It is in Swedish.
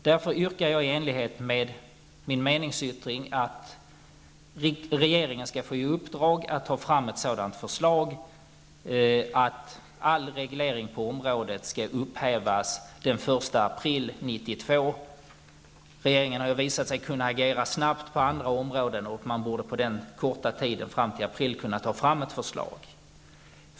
Jag yrkar därför i enlighet med min meningsyttring att regeringen skall få i uppdrag att ta fram ett sådant förslag att all reglering på området skall upphävas den 1 april 1992. Regeringen har visat sig kunna agera snabbt på andra områden, och man bör kunna komma med ett förslag fram till april.